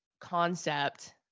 concept